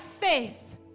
faith